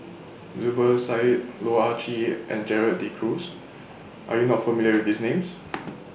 Zubir Said Loh Ah Chee and Gerald De Cruz Are YOU not familiar with These Names